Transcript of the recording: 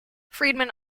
friedman